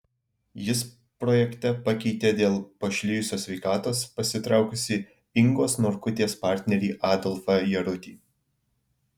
jis projekte pakeitė dėl pašlijusios sveikatos pasitraukusį ingos norkutės partnerį adolfą jarulį